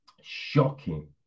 shocking